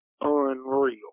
unreal